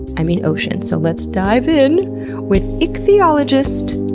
i mean ocean. so let's dive in with ichthyologist,